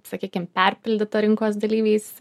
sakykim perpildyta rinkos dalyviais